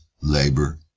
labor